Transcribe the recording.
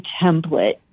template